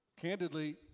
candidly